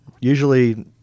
Usually